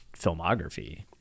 filmography